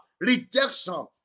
Rejection